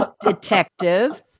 detective